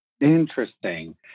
Interesting